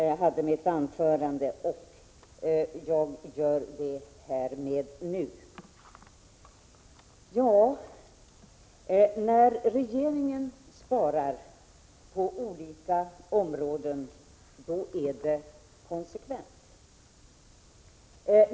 Herr talman! Först vill jag be om överseende för att jag i mitt tidigare anförande glömde att yrka bifall till reservation 10, vilket jag nu härmed gör. Herr talman! När regeringen sparar på olika områden, är det konsekvent.